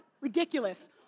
ridiculous